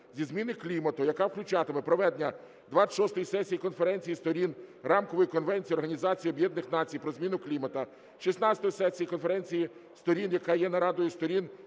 зі зміни клімату, яка включатиме проведення 26-ї сесії Конференції Сторін Рамкової конвенції Організації Об'єднаних Націй про зміну клімату, 16-ї сесії Конференції Сторін, яка є нарадою Сторін